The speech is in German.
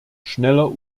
schneller